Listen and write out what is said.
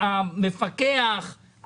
המפקחת,